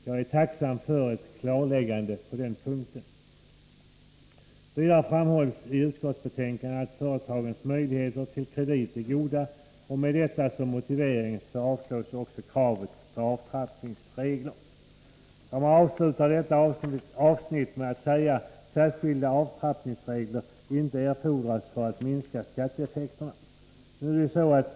Jag är tacksam för ett klarläggande på den punkten. Vidare framhålls i utskottsbetänkandet att företagens möjligheter till kredit är goda, och med detta som motivering avstyrks också kravet på avtrappningsregler. Ja, man avslutar detta avsnitt med att säga att ”särskilda avtrappningsregler inte erfordras för att minska skatteeffekterna”.